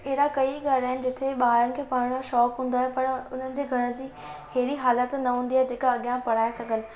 अहिड़ा कई घर आहिनि जीते ॿारनि खे पढ़ण जो शौक हूंदो आहे पर हुननि जे घर जी अहिड़ी हालत न हूंदी आ जेका अॻियां पढ़ाए सघनि